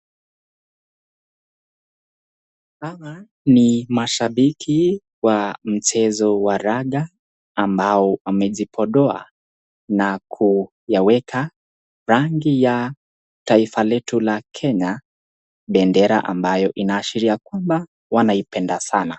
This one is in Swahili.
Hawa ni mashabiki wa mchezo wa raga ambao amejipodoa na kuyaweka rangi ya taifa letu la Kenya bendera ambayo inaashiria kwamba wanaipenda sana.